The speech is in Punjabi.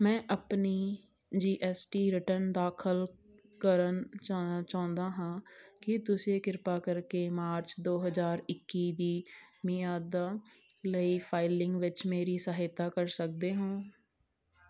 ਮੈਂ ਆਪਣੀ ਜੀ ਐੱਸ ਟੀ ਰਿਟਰਨ ਦਾਖਲ ਕਰਨ ਜਾਣਾ ਚਾਹੁੰਦਾ ਹਾਂ ਕੀ ਤੁਸੀਂ ਕਿਰਪਾ ਕਰਕੇ ਮਾਰਚ ਦੋ ਹਜ਼ਾਰ ਇੱਕੀ ਦੀ ਮਿਆਦ ਲਈ ਫਾਈਲਿੰਗ ਵਿੱਚ ਮੇਰੀ ਸਹਾਇਤਾ ਕਰ ਸਕਦੇ ਹੋ